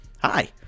hi